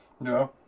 No